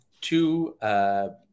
two